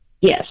Yes